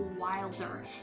wilder